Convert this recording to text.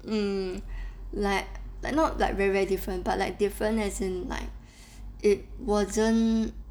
um like but not like very very different but like different as in like it wasn't